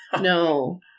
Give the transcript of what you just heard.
No